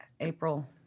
april